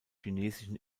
chinesischen